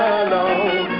alone